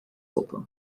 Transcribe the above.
sopa